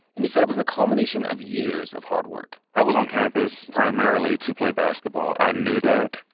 and he said it was the culmination of years of hard work i was on campus primarily to play basketball. i knew that.